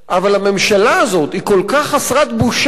אבל הממשלה הזאת היא כל כך חסרת בושה,